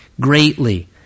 greatly